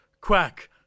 quack